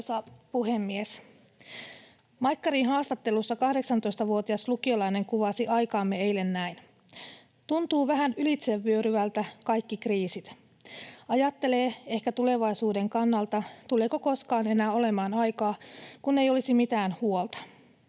Arvoisa puhemies! Maikkarin haastattelussa 18-vuotias lukiolainen kuvasi aikaamme eilen näin: ”Tuntuu vähän ylitsevyöryvältä kaikki kriisit. Ajattelee ehkä tulevaisuuden kannalta, tuleeko koskaan enää olemaan aikaa, kun ei olisi mitään huolta.”